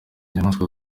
nyamaswa